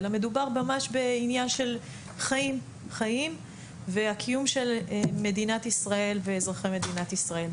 אלא מדובר בעניין של חיים ובקיום של מדינת ישראל ושל אזרחי מדינת ישראל.